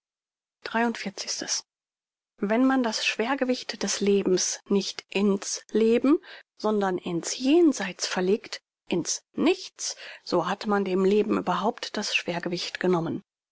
wenn man das schwergewicht des lebens nicht in's leben sondern in's jenseits verlegt in's nichts so hat man dem leben überhaupt das schwergewicht genommen